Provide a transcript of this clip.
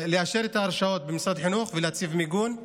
לאשר את ההרשאות במשרד החינוך ולהציב מיגון,